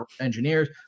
engineers